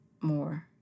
more